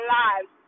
lives